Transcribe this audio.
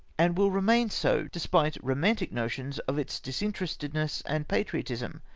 and will remain so, despite romantic notions of its disinterested ness and patriotism.